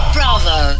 Bravo